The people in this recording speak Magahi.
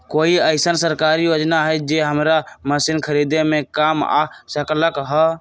कोइ अईसन सरकारी योजना हई जे हमरा मशीन खरीदे में काम आ सकलक ह?